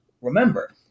remember